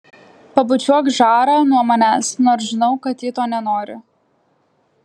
pabučiuok žarą nuo manęs nors žinau kad ji to nenori